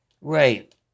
right